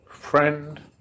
friend